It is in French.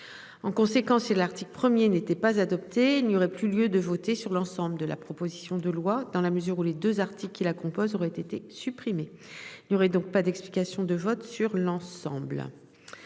En conséquence, c'est l'article 1er, n'était pas adopté. N'y aurait plus lieu de voter sur l'ensemble de la proposition de loi dans la mesure où les 2 articles qui la composent auraient été supprimés. Il n'y aurait donc pas d'explication de vote sur l'ensemble.